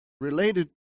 related